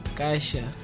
caixa